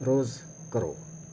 ਰੋਜ਼ ਕਰੋ